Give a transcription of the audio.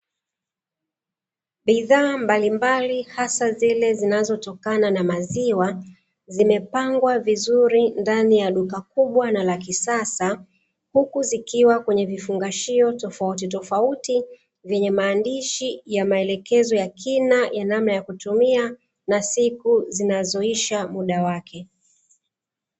Bidhaa mbalimbali hasa zile zinazotokana na maziwa, zimepangwa vizuri ndani ya duka kubwa na la kisasa, huku zikiwa kwenye vifungashio tofautitofauti, vyenye maandishi ya maelekezo ya kina ya namna ya kutumia na siku zinazoisha muda wake.